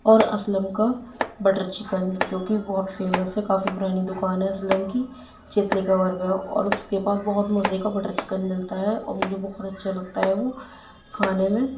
اور اسلم کا butter chicken جو کہ بہت فیمس ہے کافی پرانی دُکان ہے اسلم کی چتلی قبر پہ ہے اور اُس کے پاس بہت مزے کا بٹر چکن ملتا ہے اور مجھے بہت اچھا لگتا ہے وہ کھانے میں